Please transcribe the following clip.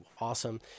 awesome